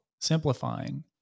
simplifying